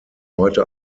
heute